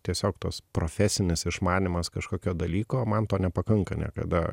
tiesiog tas profesinis išmanymas kažkokio dalyko man to nepakanka niekada